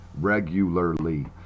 Regularly